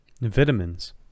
Vitamins